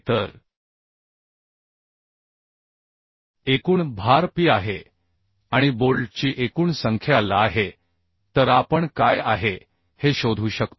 तर एकूण भार p आहे आणि बोल्टची एकूण संख्या l आहे तर आपण काय आहे हे शोधू शकतो